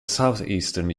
southeastern